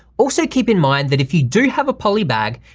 also keep in mind that if you do have a poly bag,